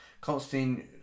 Constantine